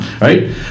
right